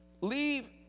Leave